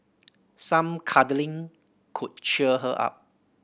some cuddling could cheer her up